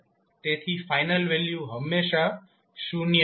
તેથી final value હંમેશા શૂન્ય રહેશે